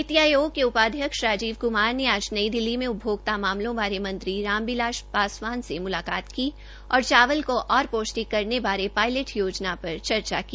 नीति आयोग ने उपाध्यक्ष राजी कुमार ने आज नई दिल्ली में उपभोक्ता मामलों बारे मंत्री राम बिलास पासवान ने मुलाकात की और चावल को ओर पौष्टिक करने बारे पायलट योजना चर्चा की